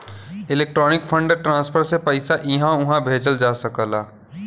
electronic fund transfer से पइसा इहां उहां भेजल जा सकला